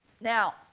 Now